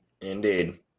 Indeed